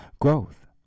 Growth